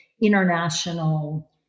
International